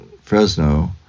Fresno